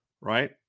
Right